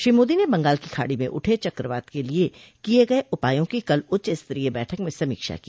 श्री मोदी ने बंगाल की खाड़ी में उठे चक्रवात के लिए किए गये उपायों की कल उच्च स्तरीय बैठक में समीक्षा की